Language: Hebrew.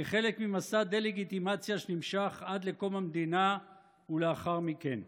כחלק ממסע דה-לגיטימציה שנמשך עד קום המדינה ולאחר מכן.